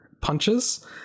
punches